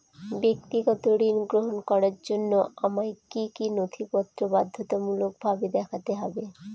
ব্যক্তিগত ঋণ গ্রহণ করার জন্য আমায় কি কী নথিপত্র বাধ্যতামূলকভাবে দেখাতে হবে?